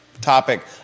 topic